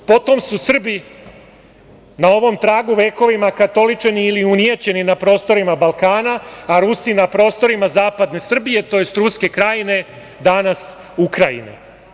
Potom su Srbi na ovom tragu vekovima katoličeni ili unijećeni na prostorima Balkana, a Rusi na prostorima zapadne Srbije, tj. Ruske krajine, danas Ukrajine.